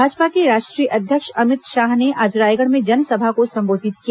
भाजपा के राष्ट्रीय अध्यक्ष अमित शाह ने आज रायगढ़ में जनसभा को संबोधित किया